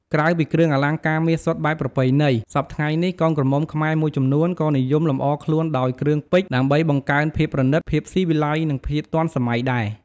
ក្រៅពីគ្រឿងអលង្ការមាសសុទ្ធបែបប្រពៃណី សព្វថ្ងៃនេះ កូនក្រមុំខ្មែរមួយចំនួនក៏និយមលម្អខ្លួនដោយ គ្រឿងពេជ្រ ដើម្បីបង្កើនភាពប្រណីត ភាពស៊ីវិល័យ និងភាពទាន់សម័យដែរ។